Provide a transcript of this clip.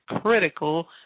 critical